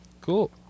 Cool